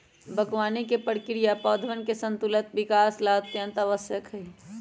बागवानी के प्रक्रिया पौधवन के संतुलित विकास ला अत्यंत आवश्यक हई